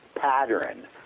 pattern